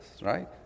Right